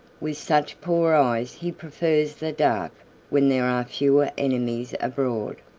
with such poor eyes he prefers the dark when there are fewer enemies abroad.